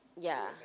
ya